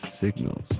signals